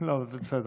לא, זה בסדר.